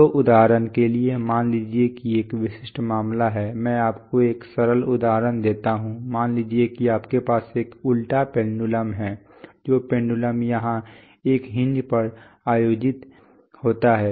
तो उदाहरण के लिए मान लीजिए कि एक विशिष्ट मामला है मैं आपको एक सरल उदाहरण देता हूं मान लीजिए कि आपके पास एक उलटा पेंडुलम है जो पेंडुलम यहां एक हिंज पर आयोजित होता है